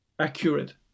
accurate